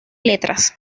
letras